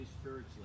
spiritually